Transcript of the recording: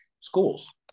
schools